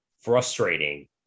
frustrating